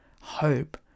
hope